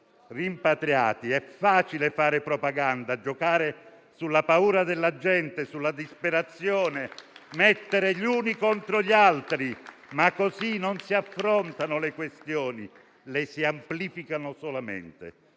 rimpatriati? È facile fare propaganda, giocare sulla paura della gente e sulla disperazione e mettere gli uni contro gli altri, ma così non si affrontano le questioni, le si amplificano solamente.